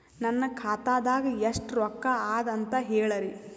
ನನ್ನ ಖಾತಾದಾಗ ಎಷ್ಟ ರೊಕ್ಕ ಅದ ಅಂತ ಹೇಳರಿ?